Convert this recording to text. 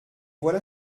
voilà